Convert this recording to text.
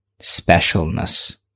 specialness